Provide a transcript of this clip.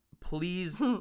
please